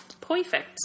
Perfect